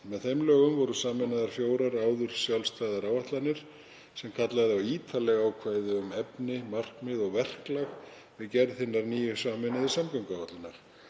Með þeim lögum voru sameinaðar fjórar áður sjálfstæðar áætlanir sem kallaði á ítarleg ákvæði um efni, markmið og verklag við gerð hinnar nýju sameinuðu samgönguáætlunar.